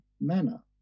manner